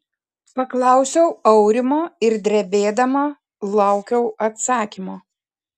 paklausiau aurimo ir drebėdama laukiau atsakymo